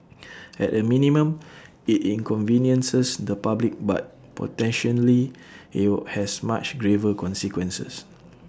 at A minimum IT inconveniences the public but potentially IT were has much graver consequences